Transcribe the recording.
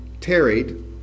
tarried